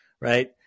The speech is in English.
right